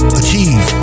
achieve